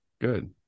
Good